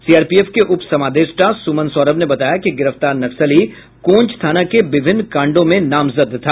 CRPF के उप समादेष्टा सुमन सौरभ ने बताया कि गिरफ्तार नक्सली कोंच थाना के विभिन्न कांडों में नामजद था